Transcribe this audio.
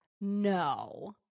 No